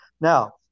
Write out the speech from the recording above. Now